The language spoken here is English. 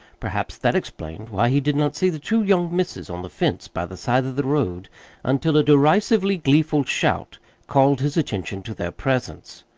perhaps that explained why he did not see the two young misses on the fence by the side of the road until a derisively gleeful shout called his attention to their presence.